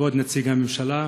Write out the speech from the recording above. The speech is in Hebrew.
כבוד הנציג של הממשלה,